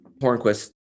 Hornquist